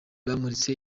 bamuritse